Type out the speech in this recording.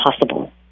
possible